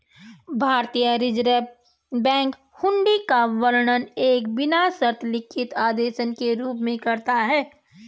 भारतीय reserve bank हुंडी का वर्णन एक बिना शर्त लिखित आदेश के रूप में करता है